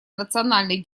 национальный